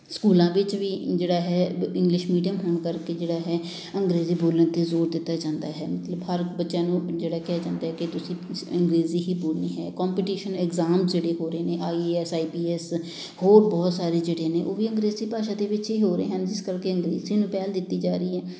ਸਕੂਲਾਂ ਵਿੱਚ ਵੀ ਜਿਹੜਾ ਹੈ ਇੰਗਲਿਸ਼ ਮੀਡੀਅਮ ਹੋਣ ਕਰਕੇ ਜਿਹੜਾ ਹੈ ਅੰਗਰੇਜ਼ੀ ਬੋਲਣ 'ਤੇ ਜ਼ੋਰ ਦਿੱਤਾ ਜਾਂਦਾ ਹੈ ਮਤਲਬ ਹਰ ਬੱਚਿਆਂ ਨੂੰ ਜਿਹੜਾ ਕਿਹਾ ਜਾਂਦਾ ਕਿ ਤੁਸੀਂ ਬਸ ਅੰਗਰੇਜ਼ੀ ਹੀ ਬੋਲਣੀ ਹੈ ਕੋਂਪੀਟੀਸ਼ਨ ਐਗਜ਼ਾਮ ਜਿਹੜੇ ਹੋ ਰਹੇ ਨੇ I A S I P S ਹੋਰ ਬਹੁਤ ਸਾਰੇ ਜਿਹੜੇ ਨੇ ਉਹ ਵੀ ਅੰਗਰੇਜ਼ੀ ਭਾਸ਼ਾ ਦੇ ਵਿੱਚ ਹੀ ਹੋ ਰਹੇ ਹਨ ਜਿਸ ਕਰਕੇ ਅੰਗਰੇਜ਼ੀ ਨੂੰ ਪਹਿਲ ਦਿੱਤੀ ਜਾ ਰਹੀ ਹੈ